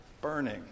burning